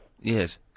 Yes